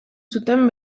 zuten